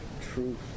truth